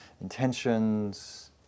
intentions